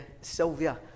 Sylvia